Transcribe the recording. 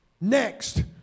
Next